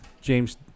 James